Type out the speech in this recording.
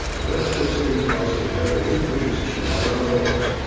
the webster city council hired a new police chief, don morris.